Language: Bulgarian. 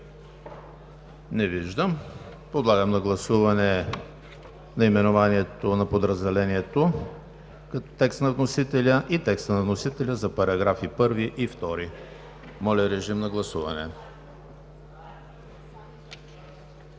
Не виждам. Подлагам на гласуване наименованието на подразделението – текст на вносителя, и текст на вносителя за параграфи 1 и 2. Гласували